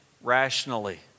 rationally